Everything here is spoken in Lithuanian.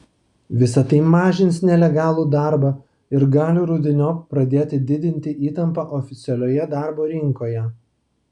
visa tai mažins nelegalų darbą ir gali rudeniop pradėti didinti įtampą oficialioje darbo rinkoje